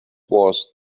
was